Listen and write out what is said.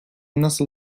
nasıl